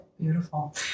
Beautiful